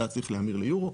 היה צריך להמיר ליורו,